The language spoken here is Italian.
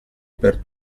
per